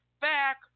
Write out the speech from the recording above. back